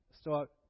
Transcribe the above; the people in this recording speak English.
start